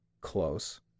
close